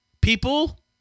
People